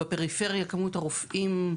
בפריפריה כמות הרופאים,